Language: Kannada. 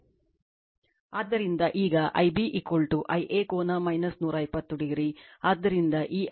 ಆದ್ದರಿಂದ ಈಗ Ib Ia ಕೋನ 120o ಆದ್ದರಿಂದ ಈ Ia ಮೌಲ್ಯ 2